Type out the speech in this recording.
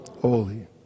holy